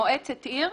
מועצת עיר,